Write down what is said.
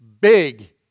Big